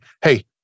Hey